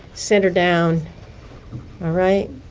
center down. all right.